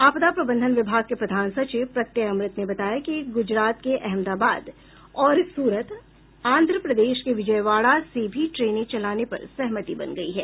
आपदा प्रबंधन विभाग के प्रधान सचिव प्रत्यय अमृत ने बताया कि गुजरात के अहमदाबाद और सूरत आन्द्र प्रदेश के विजयवाड़ा से भी ट्रेनें चलाने पर सहमति बन गयी है